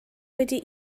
wedi